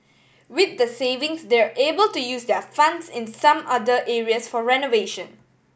with the savings they're able to use their funds in some other areas for renovation